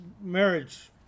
marriage